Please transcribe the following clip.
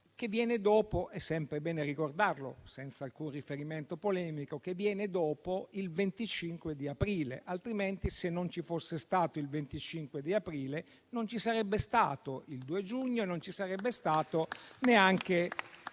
che viene dopo - è sempre bene ricordarlo, senza alcun riferimento polemico - il 25 aprile. Se non ci fosse stato il 25 aprile, non ci sarebbe stato il 2 giugno e non ci sarebbe stata neanche